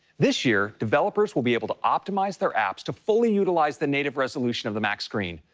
this year, developers will be able to optimize their apps to fully utilize the native resolution of the mac screen,